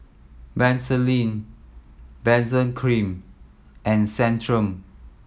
Vaselin Benzac Cream and Centrum